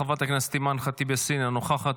חברת הכנסת אימאן ח'טיב יאסין, אינה נוכחת.